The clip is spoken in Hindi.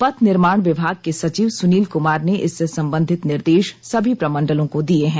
पथ निर्माण विभाग के सचिव सुनील कुमार ने इससे संबंधित निर्देश सभी प्रमंडलों को दिये हैं